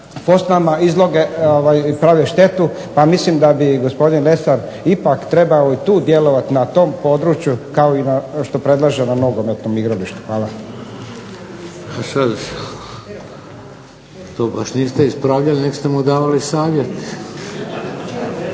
policajca, prave štetu, pa mislim da bi gospodin Lesar ipak trebao i tu djelovati na tom području kao što predlaže na nogometnom igralištu. Hvala. **Šeks, Vladimir (HDZ)** To baš niste ispravljali nego ste mu davali savjet.